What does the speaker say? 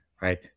right